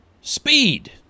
speed